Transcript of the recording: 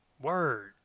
word